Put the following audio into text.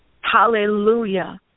Hallelujah